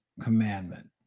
commandment